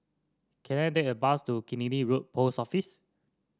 can I take a bus to Killiney Road Post Office